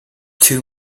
too